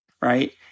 right